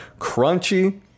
Crunchy